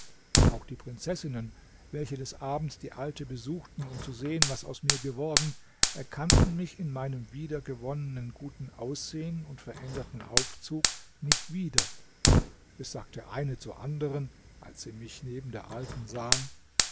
auch die prinzessinnen welche des abends die alte besuchten um zu sehen was aus mir geworden erkannten mich in meinem wieder gewonnenen guten aussehen und veränderten aufzug nicht wieder es sagte eine zur anderen als sie mich neben der alten sahen